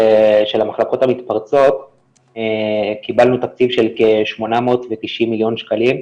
המחלקות המתפרצות קיבלנו תקציב של כ-890 מיליון שקלים,